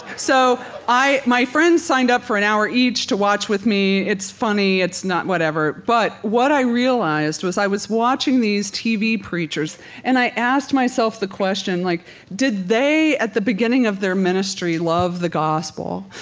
so my friends signed up for an hour each to watch with me. it's funny. it's not whatever. but what i realized was i was watching these tv preachers and i asked myself the question, like did they at the beginning of their ministry love the gospel?